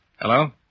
Hello